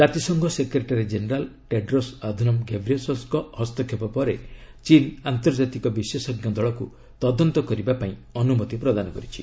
କାତିସଂଘ secretary general Tedros Adhanom ଘେବ୍ରିୟେସସ୍ଙ୍କ ହସ୍ତକ୍ଷେପ ପରେ ଚୀନ୍ ଆନ୍ତର୍ଜାତିକ ବିଶେଷଜ୍ଞ ଦଳକୁ ତଦନ୍ତ କରିବା ପାଇଁ ଅନ୍ତମତି ପ୍ରଦାନ କରିଛି